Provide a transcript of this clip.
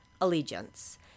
Allegiance